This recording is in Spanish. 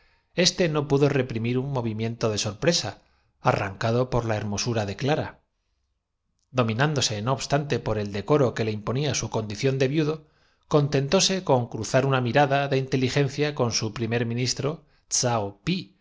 éste no pudo reprimir un creyendo servir con ello la causa de su monarca movimiento de sorpresa arrancado por la hermosura dispuso que escoltados por su gente y con los ojos de clara dominándose no obstante por el decoro que vendados fueran conducidos á la presencia del empe le imponía su condición de viudo contentóse con cru rador zar una mirada de inteligencia con su primer minis